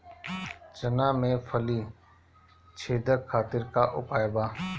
चना में फली छेदक खातिर का उपाय बा?